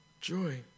joy